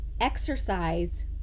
Exercise